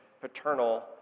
paternal